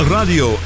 Radio